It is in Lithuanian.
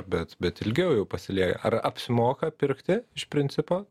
bet bet ilgiau jau pasiliek ar apsimoka pirkti iš principo